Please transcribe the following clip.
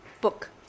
book